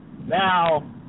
now